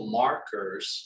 markers